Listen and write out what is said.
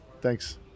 Thanks